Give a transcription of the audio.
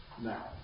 Now